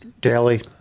daily